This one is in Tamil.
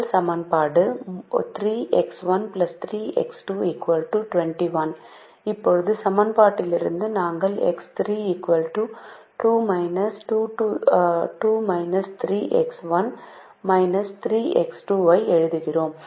முதல் சமன்பாடு 3X1 3X2 21 இப்போது இந்த சமன்பாட்டிலிருந்து நாங்கள் X3 2 3X1 3X2 ஐ எழுதுகிறோம்